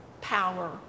power